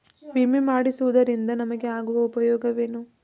ವಿಮೆ ಮಾಡಿಸುವುದರಿಂದ ನಮಗೆ ಆಗುವ ಉಪಯೋಗವೇನು?